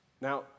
Now